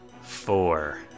Four